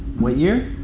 what year?